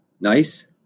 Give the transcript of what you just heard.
nice